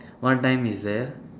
what time is there